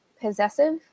possessive